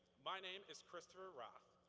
my name is christopher roth.